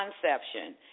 conception